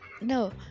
no